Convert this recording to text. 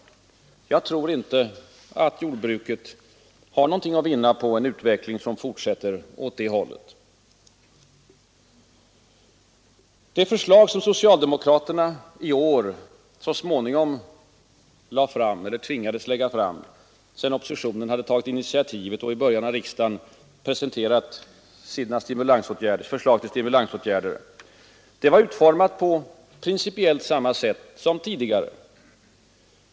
Jag tror inte att jordbruket har något att vinna på en utveckling som fortsätter åt det hållet. Det förslag som socialdemokraterna i år så småningom tvingades lägga fram — sedan oppositionen tagit initiativet och i början av riksdagen presenterat sina förslag till stimulansåtgärder — var utformat på principiellt samma sätt som tidigare.